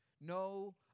no